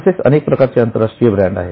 तसेच अनेक प्रकारचे अंतरराष्ट्रीय ब्रँड आहेत